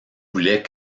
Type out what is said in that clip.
voulait